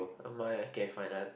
my okay fine uh